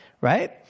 right